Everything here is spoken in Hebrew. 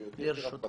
גברתי, יש לי בקשה.